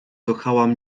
kochałam